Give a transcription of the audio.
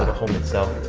home itself.